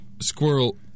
Squirrel